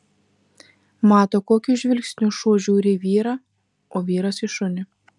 mato kokiu žvilgsniu šuo žiūri į vyrą o vyras į šunį